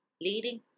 leading